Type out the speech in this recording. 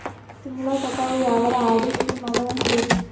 ತಿಂಗಳ ಕಟ್ಟವು ಯಾವರ ಆರ್.ಡಿ ಸ್ಕೀಮ ಆವ ಏನ್ರಿ?